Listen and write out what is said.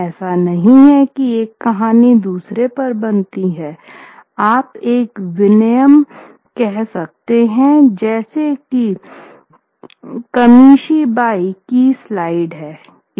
ऐसा नहीं है कि एक कहानी दूसरे पर बनती है आप एक विनिमय कह सकते हैं जैसे की कमिशीबाई की स्लाइड है